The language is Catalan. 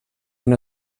una